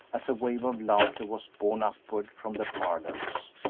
as a wave of laughter was borne upward from the parlors.